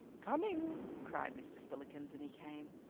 coming, cried mr. spillikins, and he came.